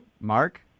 Mark